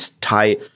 tie